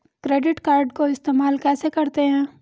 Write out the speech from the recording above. Credit card को इस्तेमाल कैसे करते हैं?